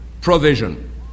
provision